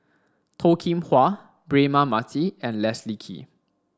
Toh Kim Hwa Braema Mathi and Leslie Kee